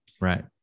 right